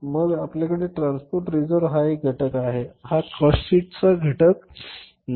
मग आपल्याकडे transport reserve हा घटक आहे हा काॅस्ट शीटचा घटक नाही